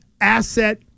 asset